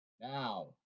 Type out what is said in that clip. Now